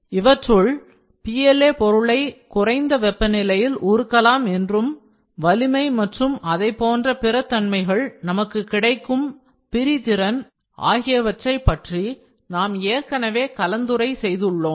இவற்றுள் PLA பொருளை குறைந்த வெப்பநிலையில் உருக்கலாம் என்றும் வலிமை மற்றும் அதைப்போன்ற பிற தன்மைகள் நமக்கு கிடைக்கும் பிரிதிறன்resolution ஆகியவற்றை பற்றி நாம் ஏற்கனவே கலந்துரை செய்துள்ளோம்